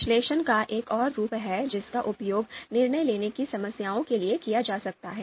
विश्लेषण का एक और रूप है जिसका उपयोग निर्णय लेने की समस्याओं के लिए किया जा सकता है